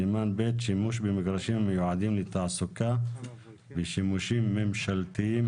סימן ב' - שימוש במגרשים המיועדים לתעסוקה ושימושים ממשלתיים,